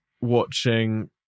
watching